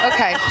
Okay